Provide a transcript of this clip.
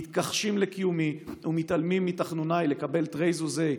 מתכחשים לקיומי ומתעלמים מתחנוניי לקבל תרי זוזי,